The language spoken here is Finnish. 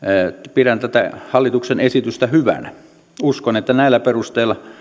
pidän tätä hallituksen esitystä hyvänä uskon että näillä perusteilla